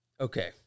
Okay